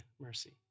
mercy